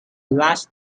large